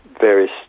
various